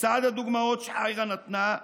לצד הדוגמאות ש-IHRA נתנה,